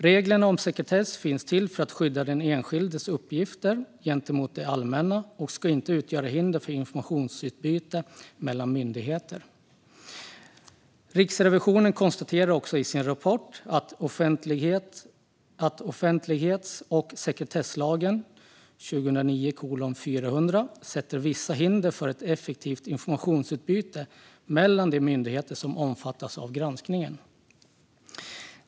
Reglerna om sekretess finns till för att skydda den enskildes uppgifter gentemot det allmänna och ska inte utgöra hinder för informationsutbyte mellan myndigheter. Riksrevisionen konstaterar också i sin rapport att offentlighets och sekretesslagen sätter vissa hinder för ett effektivt informationsutbyte mellan de myndigheter som omfattas av granskningen.